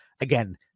Again